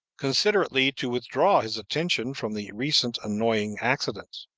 considerately to withdraw his attention from the recent annoying accident.